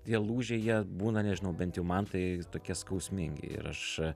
tie lūžiai jie būna nežinau bent jau man tai tokie skausmingi ir aš